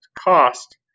cost